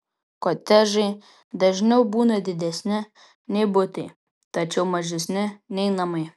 kotedžai dažniau būna didesni nei butai tačiau mažesni nei namai